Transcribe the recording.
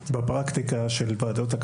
בחקיקה.